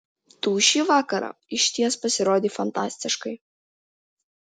tu šį vakarą išties pasirodei fantastiškai